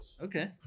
okay